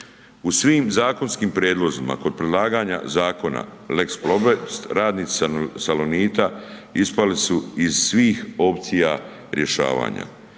U svim zakonskim prijedlozima kod predlaganja zakona lex Plobest radnici Salonita ispali su iz svih opcija rješavanja.